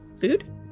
food